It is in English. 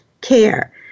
care